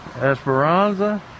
Esperanza